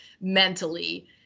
mentally